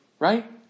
Right